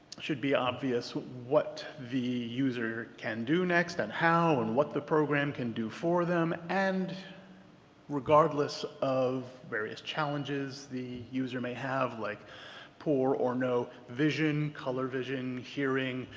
should be obvious what the user can do now and how and what the program can do for them and regardless of various challenges the user may have like poor or no vision, color vision, hearing,